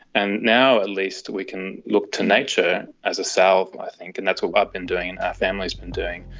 and now at least we can look to nature as a salve i think and that's what i've been doing and our family has been doing,